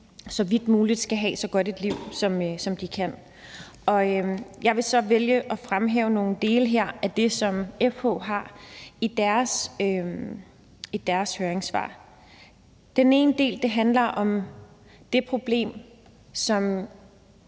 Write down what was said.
fordi børnene skal have godt et så liv som muligt. Jeg vil så vælge at fremhæve nogle af de dele, som FH nævner i deres høringssvar, her. Den ene del handler om det problem, som